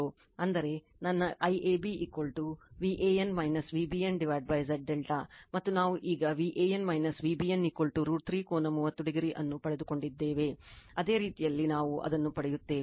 ಅಂದರೆ ನನ್ನ IAB Van V bnZ ∆ ಮತ್ತು ನಾವು ಈಗ Van V bn √ 3 ಕೋನ 30o ಅನ್ನು ಪಡೆದುಕೊಂಡಿದ್ದೇವೆ ಅದೇ ರೀತಿಯಲ್ಲಿ ನಾವು ಅದನ್ನು ಪಡೆಯುತ್ತೇವೆ